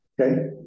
Okay